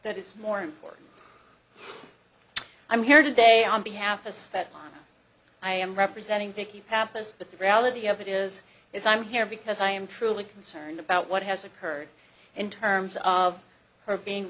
that is more important i'm here today on behalf of that i am representing the few pampas but the reality of it is is i'm here because i am truly concerned about what has occurred in terms of her being